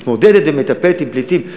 אין כמו המדינה היהודית שמתמודדת ומטפלת בפליטים.